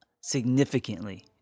significantly